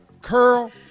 curl